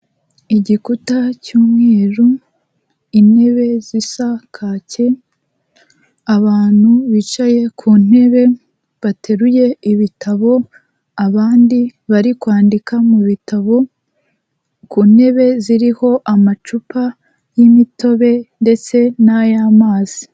Igikuta cy'umweru intebe zisa kake abantu bicaye ku ntebe bateruye ibitabo abandi bari kwandika mu bitabo ku ntebe ziriho amacupa y'imitobe ndetse n'ay'amazi.